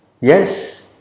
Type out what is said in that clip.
yes